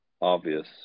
obvious